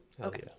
okay